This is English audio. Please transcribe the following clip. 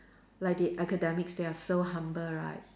like the academics they are so humble right